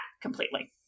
completely